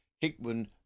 Hickman